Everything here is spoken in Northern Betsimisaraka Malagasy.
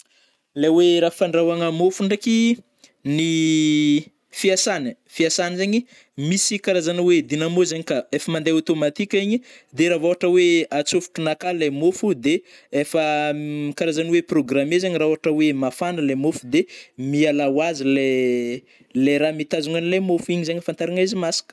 Le oe rah fandrahoagna môfo ndraiky ny fiasany ai- fiasagny zegny misy karazana hoe dynamozeny ka, efa mandeha automatika igny de rah vô ôhatra oe atsôfotronà akà le môfo de efa karazagny hoe programmer zegny rah ôhatra oe mafana le môfo de miala oazy le le ra mitazogno anle môfo igny zegny ahafantarana hoe izy masaka.